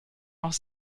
auch